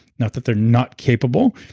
not that they're not capable,